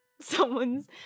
someone's